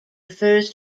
refers